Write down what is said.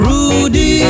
Rudy